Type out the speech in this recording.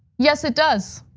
yes, it does.